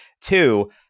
two